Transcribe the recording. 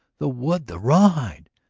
the wood, the raw-hide.